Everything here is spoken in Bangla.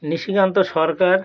নিশিকান্ত সরকার